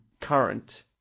current